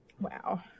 Wow